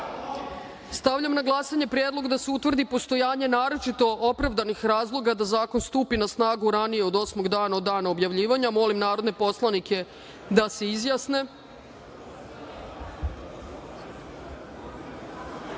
načelu. Stavljam na glasanje predlog da se utvrdi postojanje naročito opravdanih razloga da zakon stupi na snagu ranije od osmog dana od dana objavljivanja. Molim narodne poslanike da se